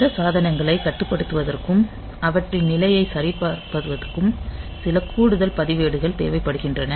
அந்த சாதனங்களைக் கட்டுப்படுத்துவதற்கும் அவற்றின் நிலையைச் சரிபார்ப்பதற்கும் சில கூடுதல் பதிவேடுகள் தேவைப்படுகின்றன